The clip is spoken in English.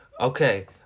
Okay